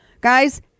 guys